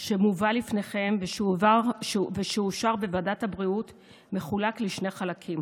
שמובא לפניכם ושאושר בוועדת הבריאות מחולק לשני חלקים: